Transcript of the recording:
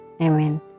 Amen